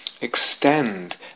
extend